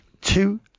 Two